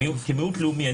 מיעוט לאומי,